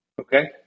Okay